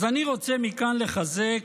אז אני רוצה מכאן לחזק,